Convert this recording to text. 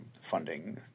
funding